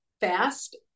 fast